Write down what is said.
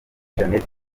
jeannette